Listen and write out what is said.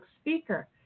speaker